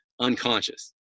unconscious